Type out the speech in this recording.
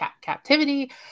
captivity